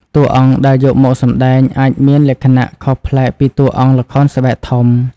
តួអង្គដែលយកមកសម្តែងអាចមានលក្ខណៈខុសប្លែកពីតួអង្គល្ខោនស្បែកធំ។